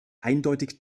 eindeutig